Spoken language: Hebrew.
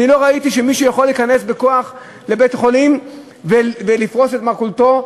לא ראיתי שמישהו יכול להיכנס בכוח לבית-חולים ולפרוס את מרכולתו,